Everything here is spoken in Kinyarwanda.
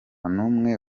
n’umwe